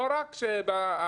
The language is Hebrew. לא רק בלימודים,